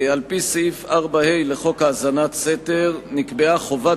על-פי סעיף 4(ה) לחוק האזנת סתר נקבעה חובת